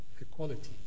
equality